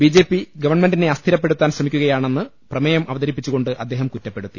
B J P ഗവൺമെന്റിനെ അസ്ഥിരപ്പെടുത്താൻ ശ്രമിക്കുകയാണെന്ന് പ്രമേയം അവതരിപ്പിച്ചുകൊണ്ട് അദ്ദേഹം കുറ്റപ്പെടുത്തി